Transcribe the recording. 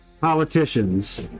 politicians